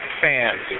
fans